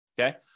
okay